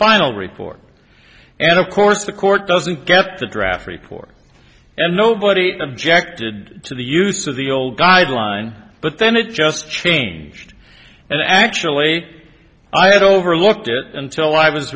final report and of course the court doesn't get the draft report and nobody objected to the use of the old guideline but then it just changed and the actual late i had overlooked it until i was